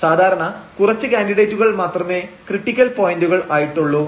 സാധാരണ കുറച്ച് കാന്ഡിഡേറ്റുകൾ മാത്രമേ ക്രിട്ടിക്കൽ പോയന്റുകൾ ആയിട്ടുള്ളൂ